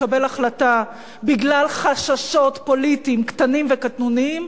לקבל החלטה בגלל חששות פוליטיים קטנים וקטנוניים,